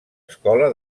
escola